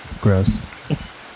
Gross